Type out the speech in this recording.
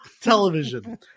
television